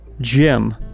Jim